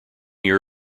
year